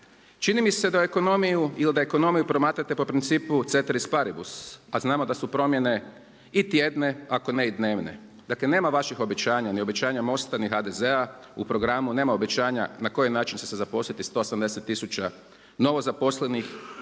Čini mi se da ekonomiju promatrate po principu ceteris paribus a znamo da su promjene i tjedne, ako ne i dnevne. Dakle nema vaših obećanja, ni obećanja MOST-a ni HDZ-a, u programu nema obećanja na koji način će se zaposliti 180 tisuća novozaposlenih,